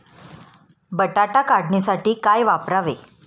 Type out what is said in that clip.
बटाटा काढणीसाठी काय वापरावे?